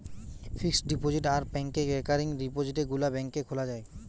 fixed deposit আর ব্যাংকে recurring ডিপোজিটে গুলা ব্যাংকে খোলা যায়